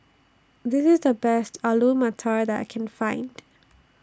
This IS The Best Alu Matar that I Can Find